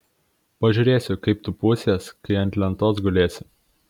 pažiūrėsiu kaip tu pūsies kai ant lentos gulėsi